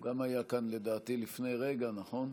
הוא גם היה כאן, לדעתי, לפני רגע, נכון?